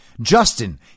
Justin